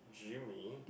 Jimmy